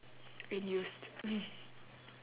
and used